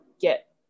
get